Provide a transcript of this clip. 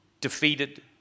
defeated